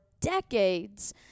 decades